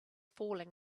falling